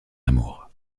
amour